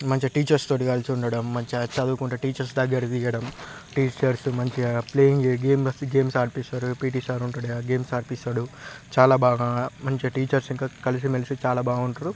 మంచిగా టీచర్స్తో కలిసి ఉండడం మంచిగా చదువుకుంటే టీచర్స్ దగ్గర తీయడం టీచర్స్ మంచిగా ప్లేయింగ్ గేమ్ గేమ్స్ ఆడిస్తారు పిఇటి సార్ ఉంటాడు గేమ్స్ ఆడిస్తాడు చాలా బాగా మంచిగా టీచర్స్ కలిసిమెలిసి చాలా బాగుంటారు